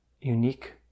unique